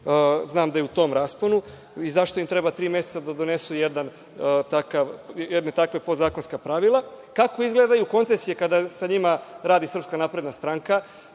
znam da je u tom rasponu i zašto im treba tri meseca da donesu jedne takve podzakonska pravila? Kako izgledaju koncesije kada sa njima radi SNS? Ono što